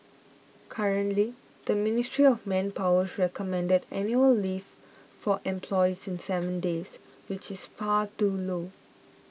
currently the Ministry of Manpower's recommended annual leave for employees is seven days which is far too low